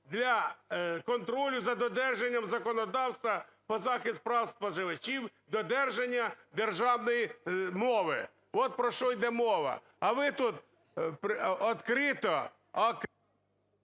Для контролю за додержанням законодавства по захисту прав споживачів додержання державної мови. От про що йде мова. А ви тут открыто…